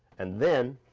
and then,